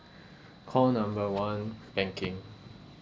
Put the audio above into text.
call number one banking